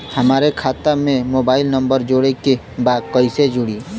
हमारे खाता मे मोबाइल नम्बर जोड़े के बा कैसे जुड़ी?